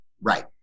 Right